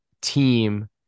team